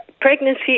pregnancy